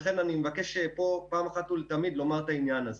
לכן חשוב שפעם אחת ולתמיד נאמר את הדבר הזה.